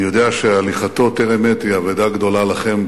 אני יודע שהליכתו טרם עת היא אבדה גדולה לכם,